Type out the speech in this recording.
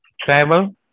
travel